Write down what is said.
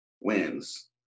wins